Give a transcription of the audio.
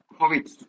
COVID